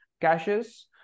caches